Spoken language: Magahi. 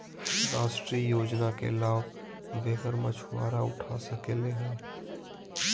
राष्ट्रीय योजना के लाभ बेघर मछुवारा उठा सकले हें